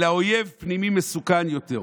אלא אויב פנימי מסוכן יותר.